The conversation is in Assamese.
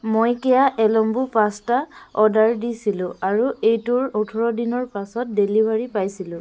মই কেয়া এল্বো পাস্তা অৰ্ডাৰ দিছিলোঁ আৰু এইটোৰ ওঠৰ দিনৰ পাছত ডেলিভাৰী পাইছিলোঁ